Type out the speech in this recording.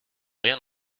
rien